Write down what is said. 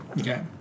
Okay